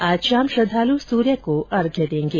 आज शाम श्रद्वालू सूर्य को अर्घ्य देंगे